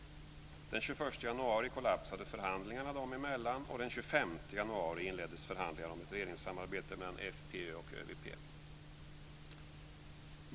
Den 21 januari kollapsade förhandlingarna dem emellan, och den 25 januari inleddes förhandlingar om ett regeringssamarbete mellan FPÖ och ÖVP.